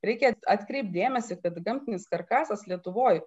reikia atkreipt dėmesį kad gamtinis karkasas lietuvoj